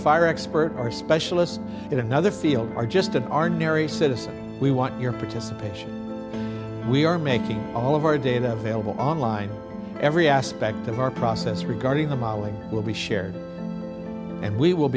fire expert or specialist in another field or just an r narry citizen we want your participation we are making all of our data available online every aspect of our process regarding the molly will be shared and we will